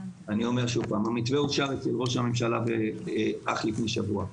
אני אומר עוד פעם: המתווה אושר אצל ראש הממשלה אך לפני שבוע.